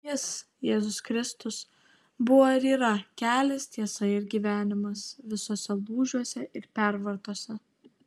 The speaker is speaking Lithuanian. jis jėzus kristus buvo ir yra kelias tiesa ir gyvenimas visuose lūžiuose ir pervartose